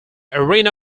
arena